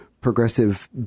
progressive